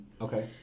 Okay